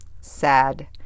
sad